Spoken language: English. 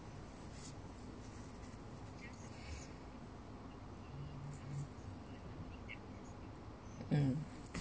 mm